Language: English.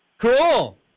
Cool